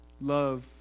Love